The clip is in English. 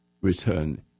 Return